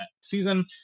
season